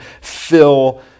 fill